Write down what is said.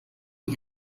die